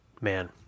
Man